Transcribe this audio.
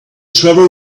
trevor